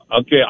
Okay